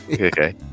okay